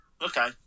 Okay